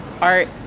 art